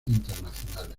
internacionales